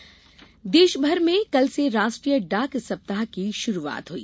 डाक सप्ताह देश भर में कल से राष्ट्रीय डाक सप्ताह की शुरूआत हुई